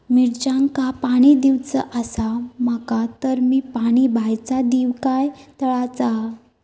मिरचांका पाणी दिवचा आसा माका तर मी पाणी बायचा दिव काय तळ्याचा?